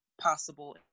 possible